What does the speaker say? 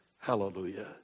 Hallelujah